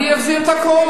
אני אחזיר את הכול,